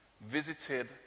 visited